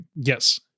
yes